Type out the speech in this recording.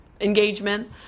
engagement